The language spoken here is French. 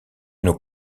nos